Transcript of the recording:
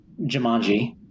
Jumanji